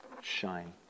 Shine